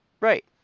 right